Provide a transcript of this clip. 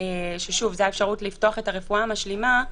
- שוב, זו האפשרות לפתוח את הרפואה המשלימה.